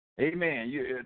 Amen